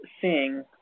seeing